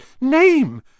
name